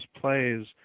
plays